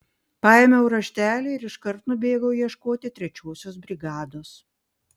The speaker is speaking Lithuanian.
paėmiau raštelį ir iškart nubėgau ieškoti trečiosios brigados